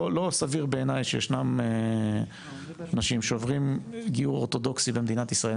לא סביר בעיני שישנן אנשים שעוברים גיור אורתודוקסי למדינת ישראל,